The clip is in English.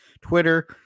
Twitter